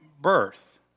birth